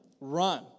Run